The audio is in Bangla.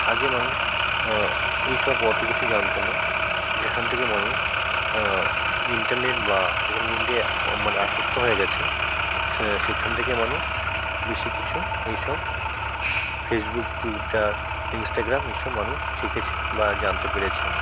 আগে মানুষ এইসব অত কিছু জানতো না যেখান থেকে মানুষ ইন্টারনেট বা সোশ্যাল মিডিয়া ও মানে আসক্ত হয়ে গেছে সেখান থেকে মানুষ বেশি কিছু এইসব ফেসবুক টুইটার ইনস্টাগ্রাম এইসব মানুষ শিখেছে বা জানতে পেরেছে